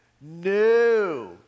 No